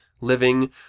living